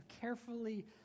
carefully